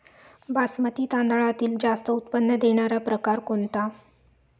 बासमती तांदळातील जास्त उत्पन्न देणारा प्रकार कोणता?